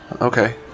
Okay